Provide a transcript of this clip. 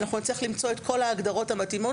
אנחנו נצטרך למצוא את כל ההגדרות המתאימות